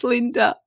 Linda